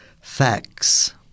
facts